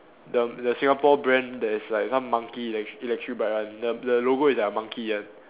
the the Singapore brand that is like some monkey electric electric bike one the the logo is like a monkey one